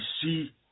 see